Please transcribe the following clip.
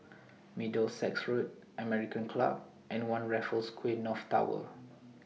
Middlesex Road American Club and one Raffles Quay North Tower